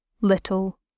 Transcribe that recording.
little